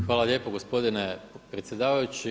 Hvala lijepo gospodine predsjedavajući.